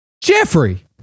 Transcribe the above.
Jeffrey